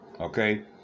Okay